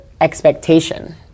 expectation